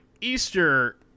Easter